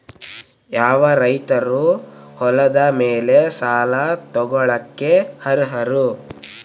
ಯಾವ ರೈತರು ಹೊಲದ ಮೇಲೆ ಸಾಲ ತಗೊಳ್ಳೋಕೆ ಅರ್ಹರು?